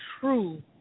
true